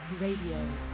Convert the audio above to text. Radio